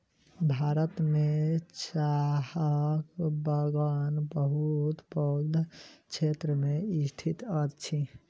भारत में चाहक बगान बहुत पैघ क्षेत्र में स्थित अछि